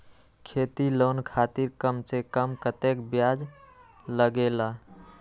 खेती लोन खातीर कम से कम कतेक ब्याज लगेला?